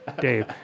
Dave